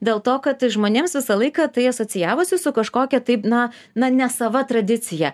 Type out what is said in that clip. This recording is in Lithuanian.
dėl to kad žmonėms visą laiką tai asocijavosi su kažkokia taip na na ne sava tradicija